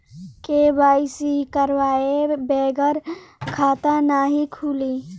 KYC करवाये बगैर खाता नाही खुली?